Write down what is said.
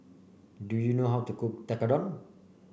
do you know how to cook Tekkadon